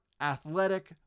athletic